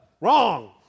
wrong